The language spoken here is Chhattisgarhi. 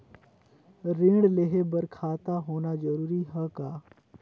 ऋण लेहे बर खाता होना जरूरी ह का?